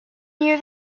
near